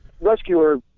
rescuer